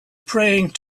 praying